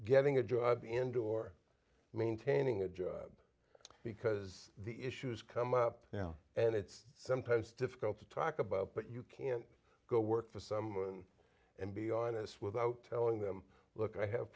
getting a job and or maintaining a job because the issues come up now and it's sometimes difficult to talk about but you can't go work for someone and be honest without telling them look i have